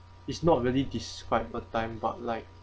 it's not really describe a time but like